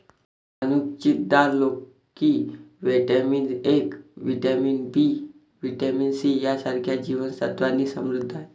अणकुचीदार लोकी vitamin A, vitamin B, vitamin C यांसारख्या जीवन सत्त्वांनी समृद्ध आहे